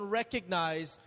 recognize